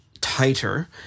tighter